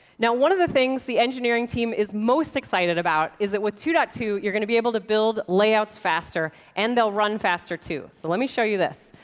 now, one of the things the engineering team is most excited about is that with two point two you're going to be able to build layouts faster and they'll run faster, too. so let me show you this.